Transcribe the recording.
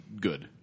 good